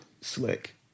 slick